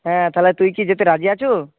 হ্যাঁ তাহলে তুই কি যেতে রাজি আছ